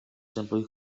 simply